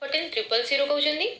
hotel triple ସିରୁ କହୁଛନ୍ତି